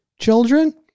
children